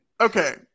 Okay